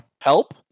help